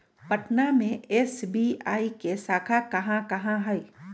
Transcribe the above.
पटना में एस.बी.आई के शाखा कहाँ कहाँ हई